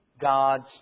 God's